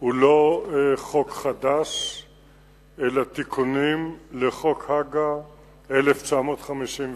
הוא לא חוק חדש אלא תיקונים לחוק הג"א מ-1951.